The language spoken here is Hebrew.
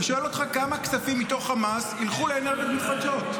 אני שואל אותך כמה כספים מתוך המס ילכו לאנרגיות מתחדשות.